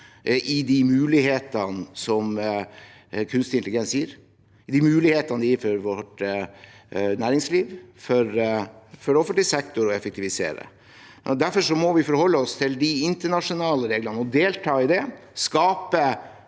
i de mulighetene som kunstig intelligens gir – de mulighetene det gir for vårt næringsliv og for å effektivisere offentlig sektor. Vi må forholde oss til de internasjonale reglene og delta i det, og skape